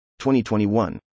2021